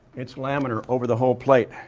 it's laminar over the whole plate.